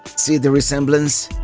see the resemblance?